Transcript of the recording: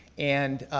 and